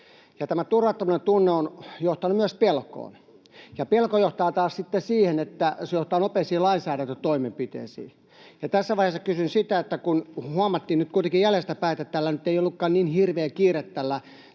Tämä turvattomuuden tunne on johtanut myös pelkoon, ja pelko taas johtaa nopeisiin lainsäädäntötoimenpiteisiin. Tässä vaiheessa kysyn: kun huomattiin nyt kuitenkin jäljestä päin, että tällä Nato-jäsenyysasialla nyt ei ollutkaan niin hirveä kiire,